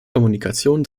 kommunikation